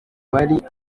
bari